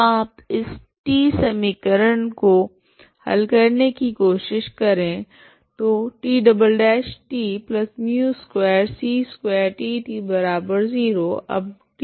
तो आप इस T समीकरण को हल करने की कोशिश करे तो T μ2c2T 0